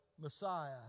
Messiah